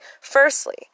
Firstly